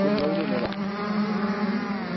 ꯀꯨꯟ ꯂꯧꯗꯣꯏꯅꯦꯕ ꯎꯝ